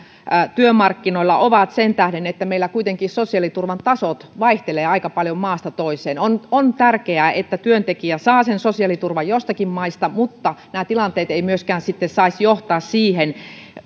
työmarkkinoilla on sen tähden että meillä kuitenkin sosiaaliturvan tasot vaihtelevat aika paljon maasta toiseen on on tärkeää että työntekijä saa sen sosiaaliturvan jostakin maasta mutta nämä tilanteet eivät myöskään saisi johtaa siihen